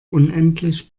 unendlich